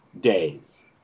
days